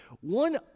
One